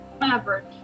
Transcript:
average